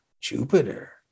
Jupiter